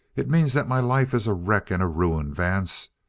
it means that my life is a wreck and a ruin, vance.